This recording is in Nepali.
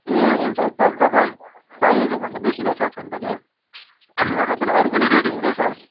ए हुन्छ त तर तपाईँलाई चाहिएको भन्दा बेसी नै छ छन त कि र पनि अरू पनि रेडी हुँदैछ